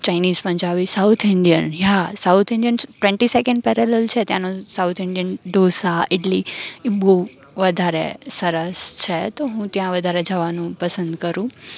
Chinese Punjabi south Indian યા south Indian twenty second parallel છે ત્યાંનો સાઉથ ઇંડિયન ઢોંસા ઇડલી ઈ બહુ વધારે સરસ છે તો હું ત્યાં વધારે જવાનું પસંદ કરું